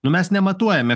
nu mes nematuojame